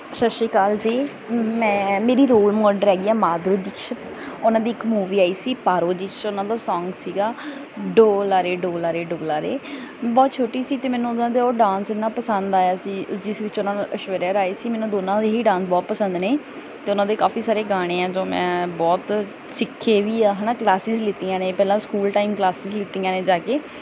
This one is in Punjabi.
ਸਤਿ ਸ਼੍ਰੀ ਅਕਾਲ ਜੀ ਮੈਂ ਮੇਰੀ ਰੋਲ ਮਾਡਲ ਹੈਗੀ ਹੈ ਮਾਧੁਰੀ ਦਿਕਸ਼ਿਤ ਉਹਨਾਂ ਦੀ ਇੱਕ ਮੂਵੀ ਆਈ ਸੀ ਪਾਰੋ ਜਿਸ 'ਚ ਉਹਨਾਂ ਦਾ ਸੌਂਗ ਸੀਗਾ ਡੋਲਾ ਰੇ ਡੋਲਾ ਰੇ ਡੁਲਾ ਰੇ ਬਹੁਤ ਛੋਟੀ ਸੀ ਅਤੇ ਮੈਨੂੰ ਉਹਨਾਂ ਦਾ ਉਹ ਡਾਂਸ ਇੰਨਾ ਪਸੰਦ ਆਇਆ ਸੀ ਜਿਸ ਵਿੱਚ ਉਹਨਾਂ ਨਾਲ ਐਸ਼ਵਰਿਆ ਰਾਏ ਸੀ ਮੈਨੂੰ ਦੋਨਾਂ ਦਾ ਹੀ ਡਾਂਸ ਬਹੁਤ ਪਸੰਦ ਨੇ ਅਤੇ ਉਹਨਾਂ ਦੇ ਕਾਫੀ ਸਾਰੇ ਗਾਣੇ ਹੈ ਜੋ ਮੈਂ ਬਹੁਤ ਸਿੱਖੇ ਵੀ ਆ ਹੈ ਨਾ ਕਲਾਸਿਜ ਲਿੱਤੀਆਂ ਨੇ ਪਹਿਲਾਂ ਸਕੂਲ ਟਾਈਮ ਕਲਾਸਿਸ ਲਿੱਤੀਆਂ ਨੇ ਜਾ ਕੇ